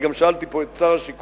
אני גם שאלתי פה את שר השיכון,